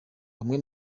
bamwe